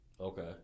Okay